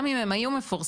גם אם הם היו מפורסמים,